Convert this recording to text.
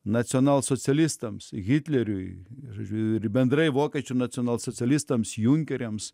nacionalsocialistams hitleriui ir bendrai vokiečių nacionalsocialistams junkeriams